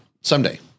someday